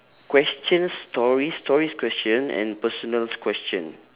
question stories stories question and personal questions